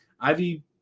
Ivy